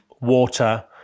water